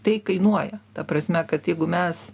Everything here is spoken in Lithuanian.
tai kainuoja ta prasme kad jeigu mes